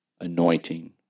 anointing